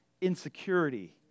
insecurity